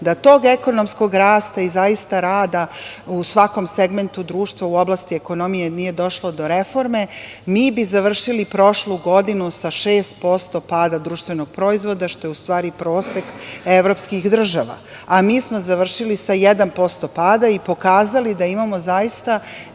da tog ekonomskog rasta i zaista rada u svakom segmentu društva u oblasti ekonomije nije došlo do reforme mi bi završili prošlu godinu sa 6% pada društvenog proizvoda, što je u stvari prosek evropskih država. Mi smo završili sa 1% pada i pokazali da imamo ekonomski